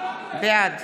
בעד